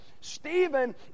Stephen